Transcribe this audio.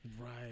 Right